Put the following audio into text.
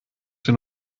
den